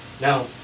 Now